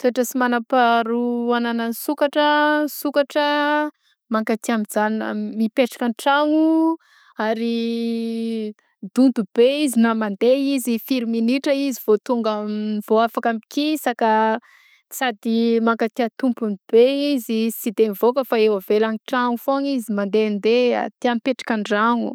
Toetra sy manam-paharoa agnanan'ny sokatra, sokatra mankatia mijanona mipetraka an-tragno ary donto be izy na mandeha izy firy minitra izy vao tonga m vao afaka mikisaka sady mankatia tompony be izy sy de mivaoka fa eo avelagny tragno foagna izy mandendea tià mipetraka antragno.